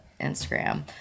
Instagram